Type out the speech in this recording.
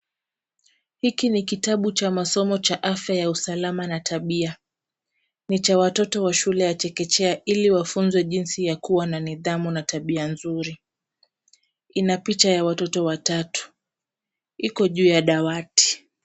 Hiki ni kitabu cha masomo cha afya ya usalama na tabia. Ni cha watoto wa shule ya chekechea ili wafunzwe jinsi ya kuwa na nidhamu na tabia nzuri. Ina picha ya watoto watatu. Iko juu ya dawati.